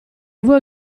vuoi